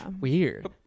weird